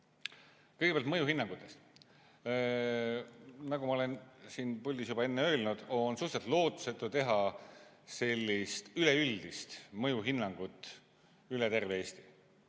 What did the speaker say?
Kõigepealt mõjuhinnangutest. Nagu ma olen siin puldis juba enne öelnud, on suhteliselt lootusetu teha sellist üleüldist mõjuhinnangut üle terve Eesti.